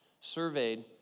Surveyed